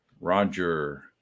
roger